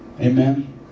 Amen